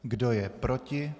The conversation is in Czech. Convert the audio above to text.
Kdo je proti?